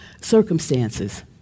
circumstances